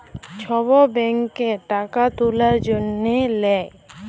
ছব ব্যাংকে টাকা তুলার জ্যনহে লেই